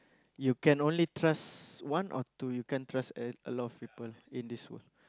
you can only trust one or two you can't trust a a lot of people in this world